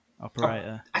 Operator